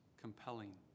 compelling